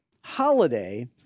holiday